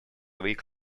week